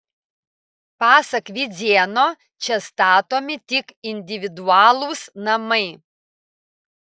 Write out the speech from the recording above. pasak vidzėno čia statomi tik individualūs namai